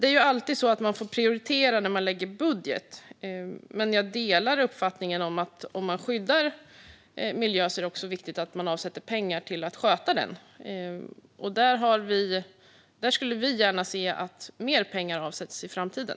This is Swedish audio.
När man lägger en budget får man alltid prioritera. Men jag delar uppfattningen att om man skyddar miljö är det viktigt att också avsätta pengar till att sköta den. Vi skulle gärna se att mer pengar avsätts i framtiden.